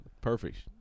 Perfect